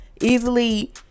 easily